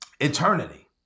eternity